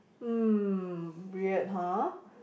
mm weird ha